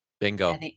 bingo